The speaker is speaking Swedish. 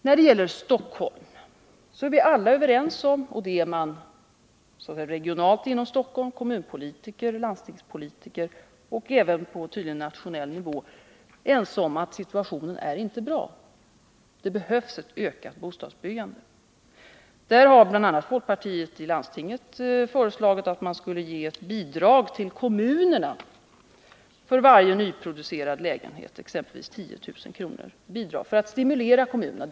När det gäller Stockholm är vi alla, såväl regionalt — kommunalpolitiker och landstingspolitiker — som tydligen även på nationell nivå, ense om att situationen inte är bra. Det behövs ett ökat bostadsbyggande. BI. a. folkpartiet har i landstinget föreslagit att kommunerna skall ges ett bidrag, exempelvis 10 000 kr., för varje nyproducerad lägenhet. Detta skulle göras för att stimulera kommunerna.